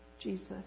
Jesus